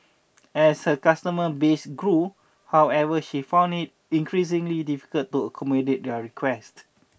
as her customer base grew however she found it increasingly difficult to accommodate their requests